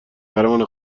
پروانه